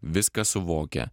viską suvokia